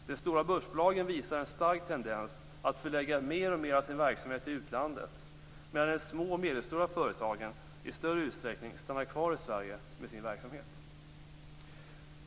De stora börsbolagen visar en stark tendens att förlägga mer och mer av sin verksamhet till utlandet, medan de små och medelstora företagen i större utsträckning stannar kvar i Sverige med sin verksamhet.